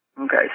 Okay